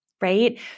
right